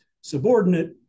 subordinate